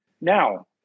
Now